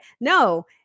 no